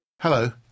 Hello